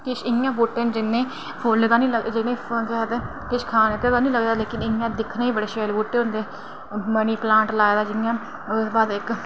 किश इं'या बूह्टे जिन्ने फुल्ल ते निं लगदे ते किश खाने ते निं लगदा इं'या दिक्खने गी बड़े शैल बूह्टे होंदे मनी प्लांट लाए दा जि'यां प्ही ओह्दे बाद इक